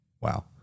wow